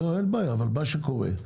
אין בעיה, אבל מה שקורה,